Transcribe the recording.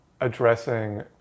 addressing